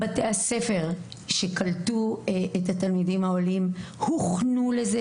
בתי הספר שקלטו את התלמידים העולים הוכנו לזה,